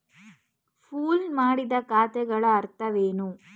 Pool ಮಾಡಿದ ಖಾತೆಗಳ ಅರ್ಥವೇನು?